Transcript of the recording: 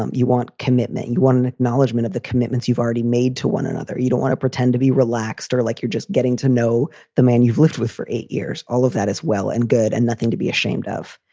um you want commitment. you want an acknowledgment of the commitments you've already made to one another. you don't want to pretend to be relaxed or like you're just getting to know the man you've lived with for eight years. all of that is well and good and nothing to be ashamed of.